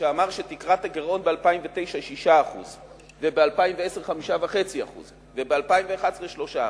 שאמר שתקרת הגירעון ב-2009 היא 6% וב-2010 5.5% וב-2011 3%,